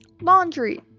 Laundry